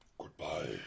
Goodbye